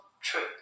true